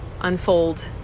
unfold